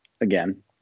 again